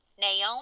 Naomi